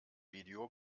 video